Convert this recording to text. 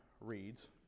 reads